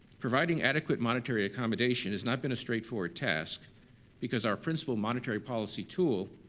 providing adequate monetary accommodation has not been a straightforward task because our principal monetary policy tool,